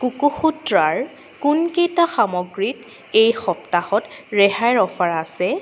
কোকোসুত্ৰাৰ কোনকেইটা সামগ্ৰীত এই সপ্তাহত ৰেহাইৰ অফাৰ আছে